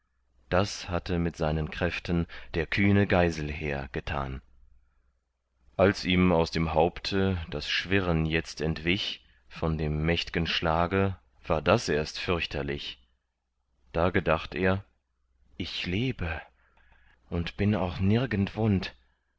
das hatte mit seinen kräften der kühne geiselher getan als ihm aus dem haupte das schwirren jetzt entwich von dem mächtgen schlage war das erst fürchterlich da gedacht er ich lebe und bin auch nirgend wund